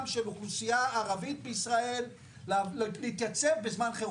של אוכלוסייה ערבית בישראל להתייצב בזמן חירום?